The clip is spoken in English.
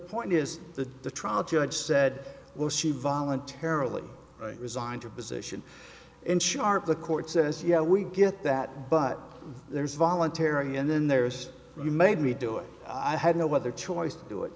point is that the trial judge said well she voluntarily resigned her position and sharp the court says yeah we get that but there's voluntary and then there's you made me do it i had no other choice to do it